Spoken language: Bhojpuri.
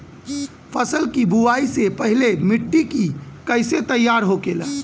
फसल की बुवाई से पहले मिट्टी की कैसे तैयार होखेला?